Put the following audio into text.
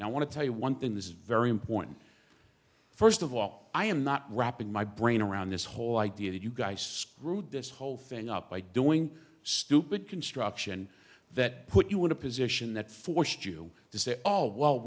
i want to tell you one thing this is very important first of all i am not wrapping my brain around this whole idea that you guys screwed this whole thing up by doing stupid construction that put you in a position that forced you to say oh well